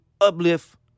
uplift